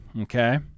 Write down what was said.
okay